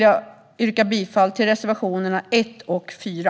Jag yrkar bifall till reservationerna 1 och 4.